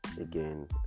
again